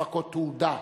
הפקות תעודה,